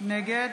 נגד